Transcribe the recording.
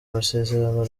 amasezerano